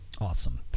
awesome